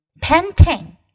Painting